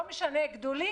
לא משנה אם קטנים או גדולים,